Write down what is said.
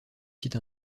site